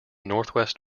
northwest